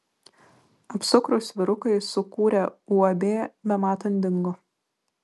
apsukrūs vyrukai sukūrę uab bematant dingo